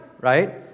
right